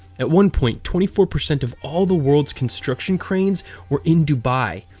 at one point, twenty four percent of all the world's construction cranes we in dubai.